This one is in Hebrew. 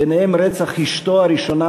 וביניהן רצח אשתו הראשונה,